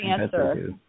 answer